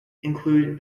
include